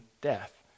death